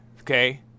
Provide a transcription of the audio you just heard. Okay